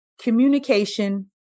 Communication